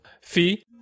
fee